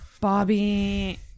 Bobby